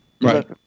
Right